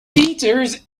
theatres